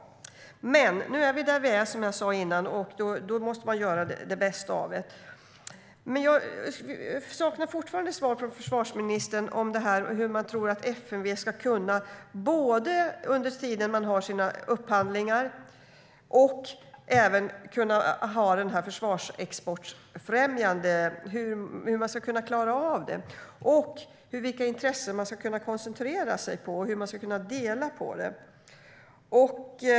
Men nu är vi där vi är, som jag sa innan, och då måste man göra det bästa av det. Jag saknar fortfarande svar från försvarsministern. Hur tror han att FMV ska kunna klara detta under tiden man har sina upphandlingar? Och hur ska man kunna klara av försvarsexportfrämjandet? Vilka intressen ska man kunna koncentrera sig på, och hur ska man kunna dela på det?